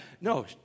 No